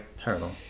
Terrible